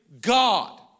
God